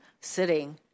sitting